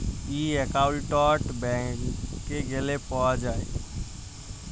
ই account ব্যাংকে গ্যালে পাউয়া যায়